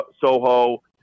Soho